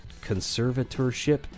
conservatorship